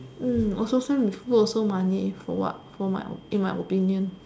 um also can't with flu also money for what for in my own opinion